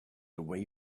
away